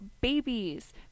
babies